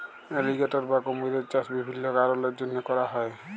alligator বা কুমিরের চাষ বিভিল্ল্য কারলের জ্যনহে ক্যরা হ্যয়